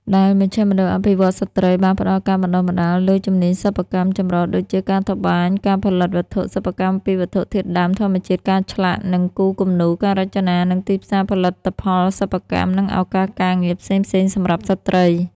ដែល មជ្ឈមណ្ឌលអភិវឌ្ឍន៍ស្ត្រី បានផ្តល់ការបណ្តុះបណ្តាលលើជំនាញសិប្បកម្មចម្រុះដូចជា ការត្បាញ ការផលិតវត្ថុសិប្បកម្មពីវត្ថុធាតុដើមធម្មជាតិ ការឆ្លាក់ និងគូរគំនូរ ការរចនា និងទីផ្សារផលិតផលសិប្បកម្ម និងឱកាសការងារផ្សេងៗសម្រាប់ស្រ្តី។